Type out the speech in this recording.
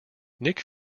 nick